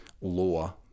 law